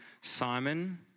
Simon